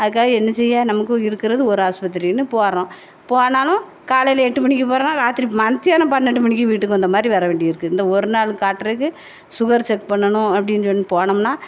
அதுக்காக என்ன செய்ய நமக்கு இருக்கிறது ஒரு ஹாஸ்பத்திரின்னு போகிறோம் போனாலும் காலையில் எட்டு மணிக்கு போகிறோம் ராத்திரி மத்தியானம் பன்னெண்டு மணிக்கு வீட்டுக்கு வந்த மாதிரி வர வேண்டி இருக்குது இந்த ஒரு நாள் காட்டுகிறதுக்கு சுகர் செக் பண்ணணும் அப்படின்னு சொல்லி போனோம்னா